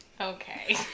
Okay